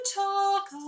talk